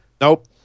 Nope